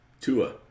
Tua